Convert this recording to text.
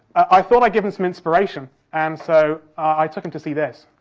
i thought i'd give him some inspiration and so i took him to see this.